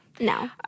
no